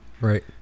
Right